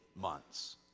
months